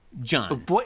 John